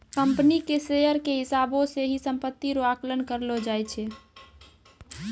company के share के हिसाबौ से ही सम्पत्ति रो आकलन करलो जाय छै